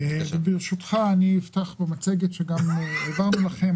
אני אפתח במצגת שהעברנו לכם.